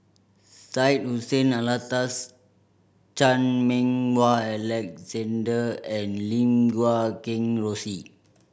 Syed Hussein Alatas Chan Meng Wah Alexander and Lim Guat Kheng Rosie